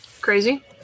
Crazy